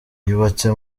yubatse